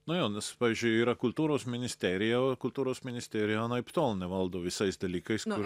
najo nes pavyzdžiui yra kultūros ministerija o kultūros ministerija anaiptol nevaldo visais dalykaiskur